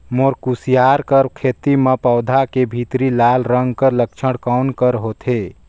मोर कुसियार कर खेती म पौधा के भीतरी लाल रंग कर लक्षण कौन कर होथे?